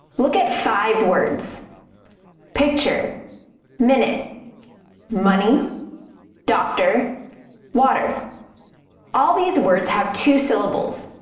look at five words picture minute money doctor water all these words have two syllables.